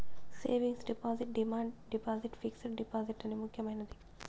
savings deposit demand deposit fixed deposit అనే ముక్యమైనది